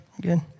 good